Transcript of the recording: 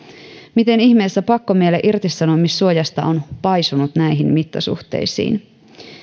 miten ihmeessä pakkomielle irtisanomissuojasta on paisunut näihin mittasuh teisiin